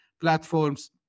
platforms